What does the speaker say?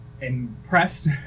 impressed